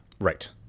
right